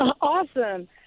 Awesome